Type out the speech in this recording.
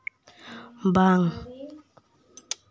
ᱵᱟᱝ